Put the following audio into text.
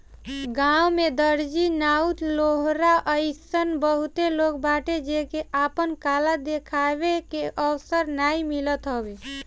गांव में दर्जी, नाऊ, लोहार अइसन बहुते लोग बाटे जेके आपन कला देखावे के अवसर नाइ मिलत हवे